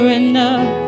enough